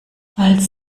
als